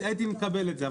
הייתי מקבל את זה.